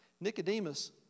Nicodemus